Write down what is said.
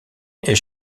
est